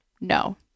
no